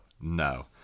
no